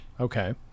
Okay